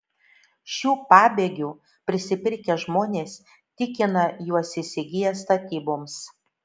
šių pabėgių prisipirkę žmonės tikina juos įsigiję statyboms